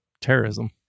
terrorism